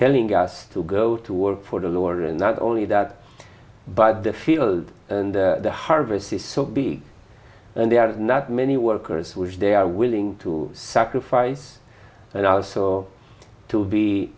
telling us to go to work for the lower and not only that but the field and the harvest is so big and they are not many workers which they are willing to sacrifice and also to